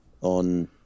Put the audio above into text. on